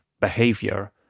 behavior